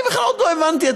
אני בכלל עוד לא הבנתי את זה.